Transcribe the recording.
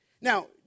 Now